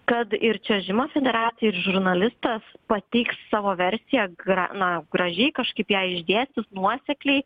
kad ir čiuožimo federacija ir žurnalistas pateiks savo versiją ga na gražiai kažkaip ją išdėstys nuosekliai